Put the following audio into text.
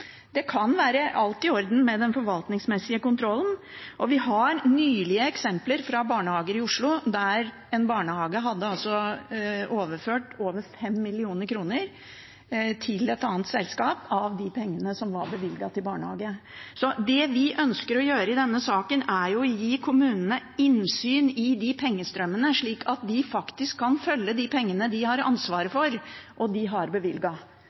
alt kan være i orden med den forvaltningsmessige kontrollen. Vi har nylige eksempler fra barnehager i Oslo, der én barnehage hadde overført til et annet selskap over 5 mill. kr av pengene som var bevilget til barnehage. Det vi ønsker å gjøre i denne saken, er å gi kommunene innsyn i disse pengestrømmene, slik at de kan følge at de pengene de har ansvaret for og har bevilget, går til formålet. De har et ansvar for å forvalte pengene, og de har